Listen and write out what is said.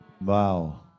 Wow